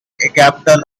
capital